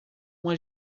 uma